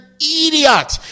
idiot